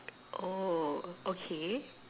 oh okay